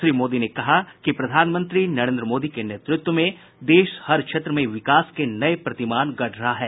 श्री मोदी ने कहा कि प्रधानमंत्री नरेन्द्र मोदी के नेतृत्व में देश हर क्षेत्र में विकास के नये प्रतिमान गढ़ रहा है